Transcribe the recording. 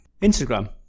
Instagram